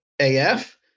AF